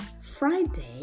Friday